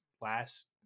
last